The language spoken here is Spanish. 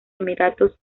emiratos